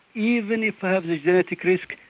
even if i have the genetic risk,